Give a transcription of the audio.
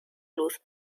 luz